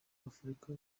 afrika